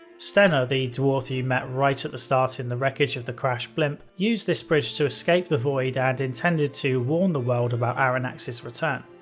stenner, the dwarf you met right at the start in the wreckage of the crashed blimp, used this bridge to escape the void and intended to warn the world about arronax's return.